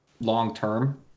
long-term